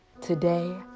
Today